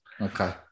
Okay